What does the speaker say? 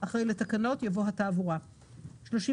הארצי על התעבורה לפי סעיף קטן (ג),